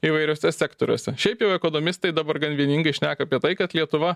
įvairiuose sektoriuose šiaip jau ekonomistai dabar gan vieningai šneka apie tai kad lietuva